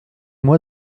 moi